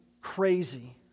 crazy